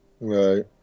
Right